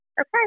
Okay